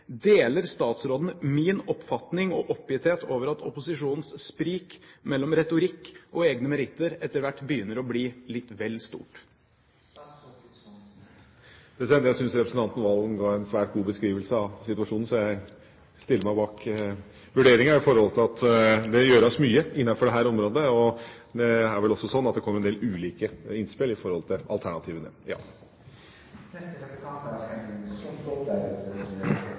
Deler statsråden min oppfatning av og oppgitthet over at opposisjonens sprik mellom retorikk og egne meritter etter hvert begynner å bli litt vel stort? Jeg syns representanten Serigstad Valen ga en svært god beskrivelse av situasjonen, så jeg stiller meg bak vurderingen siden det gjøres mye innenfor dette området. Og det er vel også sånn at det kommer en del ulike innspill i forhold til alternativene. Statsråden gir mange eksempler på tiltak innenfor vannkraftsektoren i Norge, og det er